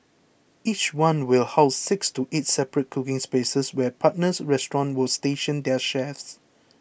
each one will house six to eight separate cooking spaces where partner restaurants will station their chefs